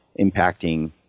impacting